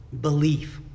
belief